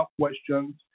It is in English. questions